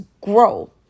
grow